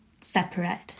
separate